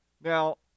Now